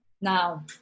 Now